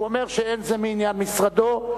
הוא אמר שאין זה מעניין משרדו,